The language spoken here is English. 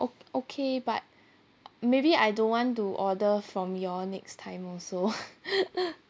o~ okay but maybe I don't want to order from y'all next time also